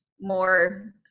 more